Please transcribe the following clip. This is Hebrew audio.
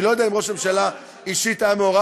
אני לא יודע אם ראש הממשלה אישית היה מעורב,